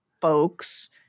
folks